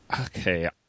okay